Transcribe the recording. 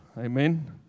Amen